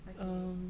okay